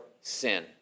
sin